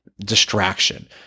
distraction